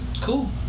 cool